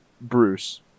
Bruce